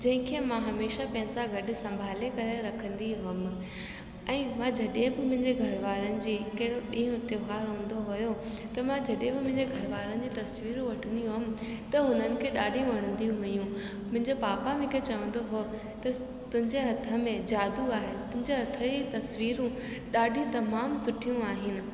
जंहिंखें मां हमेशा पंहिंसां गॾु संभाले करे रखंदी हुअमि ऐं मां जॾहिं बि मुंहिजे घरवारनि जी कहिड़ो ॾींहं त्योहार हूंदो हुओ त मां जॾहिं बि मुंहिंजे घरवारनि जी तस्वीरूं वठंदी हुअमि त हुननि खे ॾाढी वणदियूं हुयूं मुंहिंजो पापा मूंखे चवंदो हुओ त तुंहिंजे हथ में जादू आहे तुंहिंजे हथ जी तस्वीरूं ॾाढी तमामु सुठियूं आहिनि